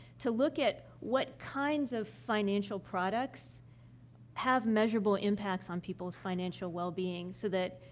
to look at what kinds of financial products have measurable impacts on people's financial wellbeing, so that,